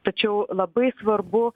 tačiau labai svarbu